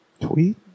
tweet